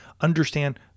understand